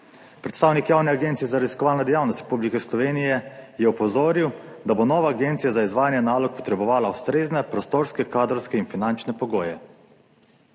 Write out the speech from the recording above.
Predstavnik Javne agencije za raziskovalno dejavnost Republike Slovenije je opozoril, da bo nova agencija za izvajanje nalog potrebovala ustrezne prostorske, kadrovske in finančne pogoje.